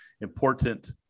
important